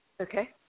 Okay